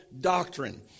doctrine